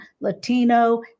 Latino